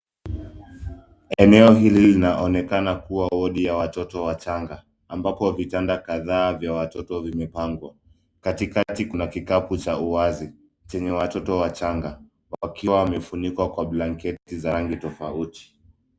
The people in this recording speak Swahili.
Eneo hili linaonekana kuwa wodi ya watoto wachanga, ambako vitanda kadhaa vya watoto vimepangwa. Katikati kuna kikapu cha uwazi chenye watoto wachanga, wakiwa wamefunikwa kwa blanketi za rangi tofauti.